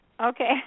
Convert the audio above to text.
Okay